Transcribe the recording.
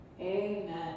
Amen